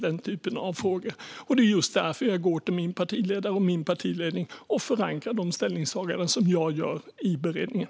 Det är just därför jag går till min partiledning och förankrar de ställningstaganden som jag gör i beredningen.